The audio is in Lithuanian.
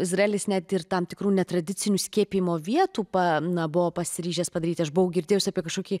izraelis net ir tam tikrų netradicinių skiepijimo vietų pa na buvo pasiryžęs padaryti aš buvau girdėjusi apie kažkokį